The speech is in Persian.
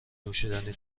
نوشیدنی